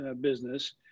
business